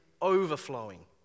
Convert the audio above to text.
overflowing